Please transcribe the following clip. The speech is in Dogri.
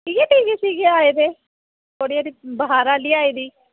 इ'यै टीके शीके आए दे ओह्दी आह्ली बखारै आह्ली आई दी